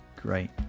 Great